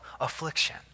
affliction